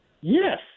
Yes